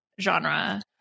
genre